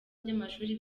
by’amashuri